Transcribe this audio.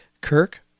Kirk